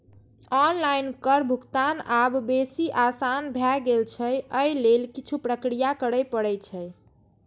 online कर भुगतान आब बेसी आसान भए गेल छै, अय लेल किछु प्रक्रिया करय पड़ै छै